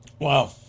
Wow